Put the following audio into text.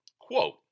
quote